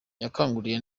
yakanguriye